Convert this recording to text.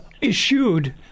issued